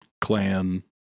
clan